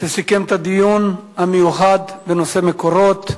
שסיכם את הדיון המיוחד בנושא "מקורות".